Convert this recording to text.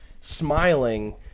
smiling